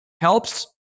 helps